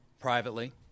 privately